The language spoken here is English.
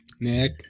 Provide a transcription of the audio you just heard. nick